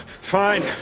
Fine